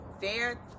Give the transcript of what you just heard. fair